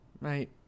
Mate